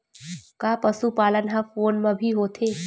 का पशुपालन ह फोन म भी होथे?